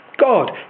God